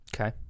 Okay